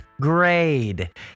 grade